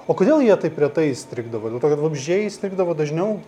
o kodėl jie taip retai įstrigdavo dėl to kad vabzdžiai įstrigdavo dažniau